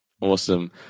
awesome